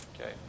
okay